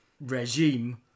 regime